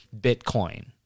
Bitcoin